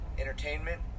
entertainment